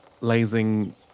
lazing